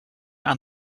aan